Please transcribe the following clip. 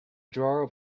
drawer